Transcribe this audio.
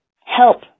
help